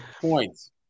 points